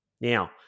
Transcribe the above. Now